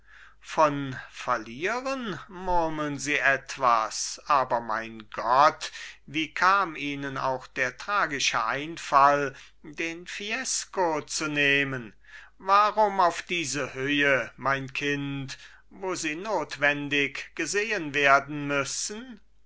von verlieren murmeln sie etwas aber mein gott wie kam ihnen auch der tragische einfall den fiesco zu nehmen warum auf diese höhe mein kind wo sie notwendig gesehen werden müssen